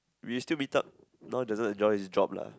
we still meet up now he doesn't enjoy his job lah